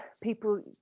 people